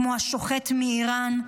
כמו השוחט מאיראן,